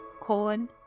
colon